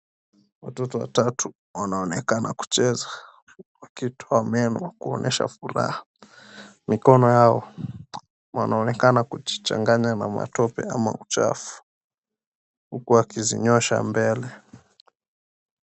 Watoto watatu wanaonekana kucheza, wakitoa meno kuonyesha furaha. Mikono yao wanaonekana kujichanganya na matope ama uchafu huku wakizinyoosha mbele.